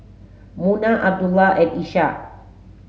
Munah Abdullah and Ishak